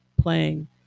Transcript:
playing